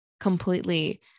completely